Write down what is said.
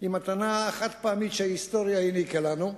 היא מתנה חד-פעמית שההיסטוריה העניקה לנו.